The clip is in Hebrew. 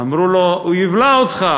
אמרו לו: הוא יבלע אותך.